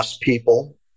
people